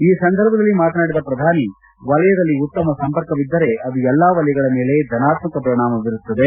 ಈ ಸಂದರ್ಭದಲ್ಲಿ ಮಾತನಾಡಿದ ಪ್ರಧಾನಿ ವಲಯದಲ್ಲಿ ಉತ್ತಮ ಸಂಪರ್ಕವಿದ್ದರೆ ಅದು ಎಲ್ಲ ವಲಯಗಳ ಮೇಲೆ ಧನಾತ್ಮಕ ಪರಿಣಾಮ ಬೀರುತ್ತದೆ